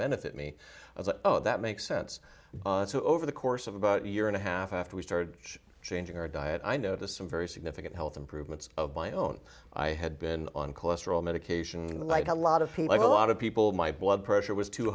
benefit me as a oh that makes sense so over the course of about a year and a half after we started changing our diet i noticed some very significant health improvements of my own i had been on cholesterol medication like a lot of people a lot of people my blood pressure was too